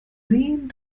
sehen